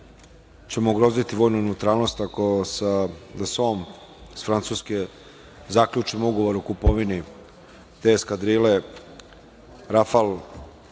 ćemo ugroziti vojnu neutralnost ako sa „Daso“ iz Francuske zaključimo ugovor o kupovini te eskadrile, rafal